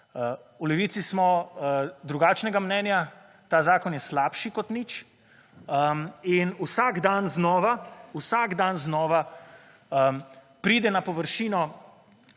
V Levici smo drugačnega mnenja. Ta zakon je slabši kot nič in vsak dan znova, vsak dan znova pride na površino